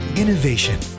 innovation